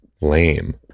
lame